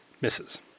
Misses